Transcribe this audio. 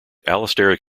allosteric